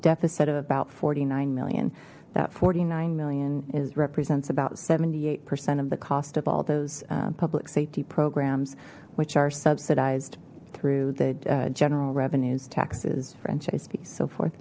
deficit of about forty nine million that forty nine million is represents about seventy eight percent of the cost of all those public safety programs which are subsidized through the general revenues taxes franchise fees so forth